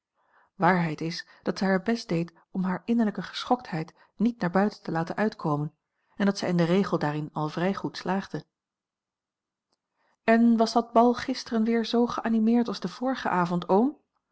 waarheid is dat zij haar best deed om hare innerlijke geschoktheid niet naar buiten te laten uitkomen en dat zij in den regel daarin al vrij goed slaagde en was dat bal gisteren weer zoo geanimeerd als den vorigen avond oom